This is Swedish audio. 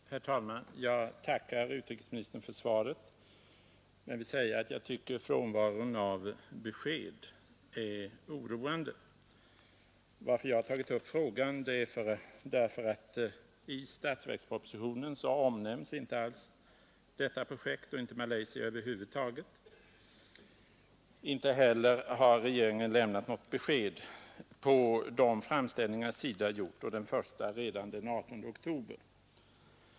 Herr talman! Jag tackar utrikesministern för svaret men vill säga att jag tycker frånvaron av besked är oroande. Jag har tagit upp frågan därför att detta projekt inte alls omnämns i statsverkspropositionen, och inte Malaysia över huvud taget. Inte heller har regeringen lämnat något besked på de framställningar SIDA gjort, den första redan den 18 oktober.